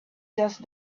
just